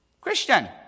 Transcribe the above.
Christian